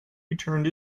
returned